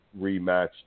rematch